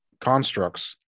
constructs